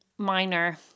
minor